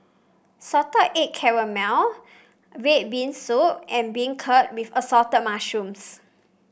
Salted Egg red bean soup and beancurd with Assorted Mushrooms